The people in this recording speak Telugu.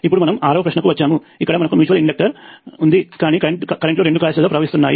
ఇప్పుడు మనము ఆరవ ప్రశ్నకు వచ్చాము ఇక్కడ మనకు మ్యూచువల్ ఇన్డక్టర్ ఉంది కాని కరెంట్ లు రెండు కాయిల్స్ లలో ప్రవహిస్తున్నాయి